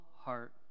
heart